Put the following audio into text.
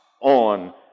on